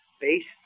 based